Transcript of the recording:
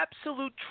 absolute